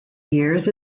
years